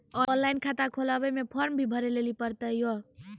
Online खाता खोलवे मे फोर्म भी भरे लेली पड़त यो?